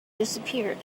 disappeared